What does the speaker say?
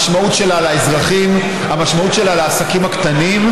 המשמעות שלה לאזרחים, המשמעות שלה לעסקים הקטנים,